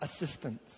assistance